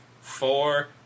four